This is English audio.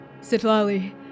Sitlali